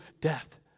death